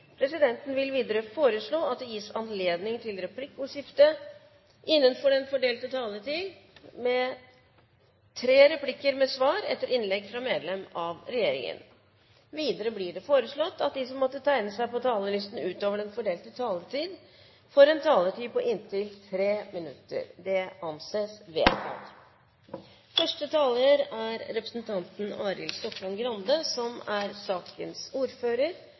presidenten foreslå at det gis anledning til replikkordskifte innenfor den fordelte taletid på inntil tre replikker med svar etter innlegg fra medlem av regjeringen. Videre blir det foreslått at de som måtte tegne seg på talerlisten utover den fordelte taletid, får en taletid på inntil 3 minutter. – Det anses vedtatt. Barnehagen er under konstant diskusjon, og mange foreldre er både nysgjerrige og usikre, men også glade for det fantastiske tilbudet som